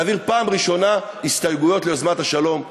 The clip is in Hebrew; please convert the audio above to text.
להרים פעם ראשונה הסתייגויות ליוזמת השלום הערבית.